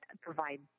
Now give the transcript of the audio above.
provide